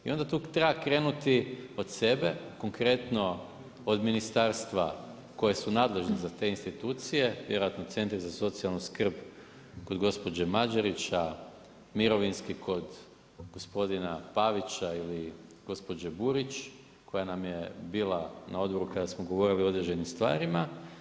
I onda tu treba krenuti od sebe, konkretno od Ministarstva koje su nadležne za te institucije, jer ako centri za socijalnu skrb kod gospođe Mađerića, mirovinski kod gospodina Pavića ili gospođe Burić koja nam je bila na odboru kada smo govorili o određenim stvarima.